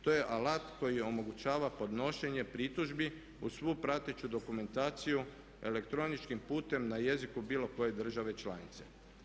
To je alat koji omogućava podnošenje pritužbi uz svu prateću dokumentaciju elektroničkim putem na jeziku bilo koje države članice.